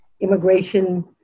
immigration